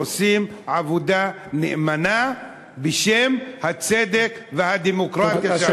עושים עבודה נאמנה בשם הצדק והדמוקרטיה.